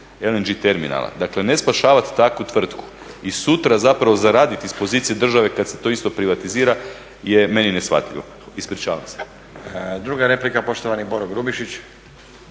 LNG terminala. Dakle ne spašavat takvu tvrtku i sutra zapravo zaradit iz pozicije države kad se to isto privatizira je meni neshvatljivo. Ispričavam se. **Stazić, Nenad (SDP)** Druga replika, poštovani Boro Grubišić.